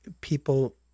people